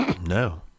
No